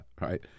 right